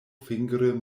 fingre